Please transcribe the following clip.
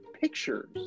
pictures